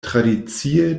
tradicie